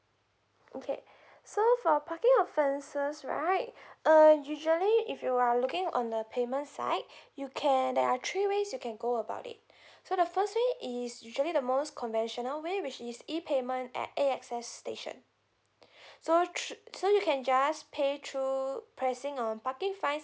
okay so for parking offences right err usually if you are looking on the payment side you can there are three ways you can go about it so the first way is usually the most conventional way which is E payment at A_X_S station so through so you can just pay through pressing on the parking fine